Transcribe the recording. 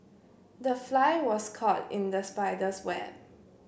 the fly was caught in the spider's web